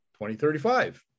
2035